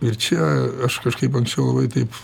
ir čia aš kažkaip anksčiau labai taip